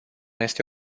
este